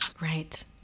right